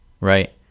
right